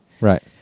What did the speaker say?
Right